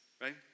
right